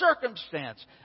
circumstance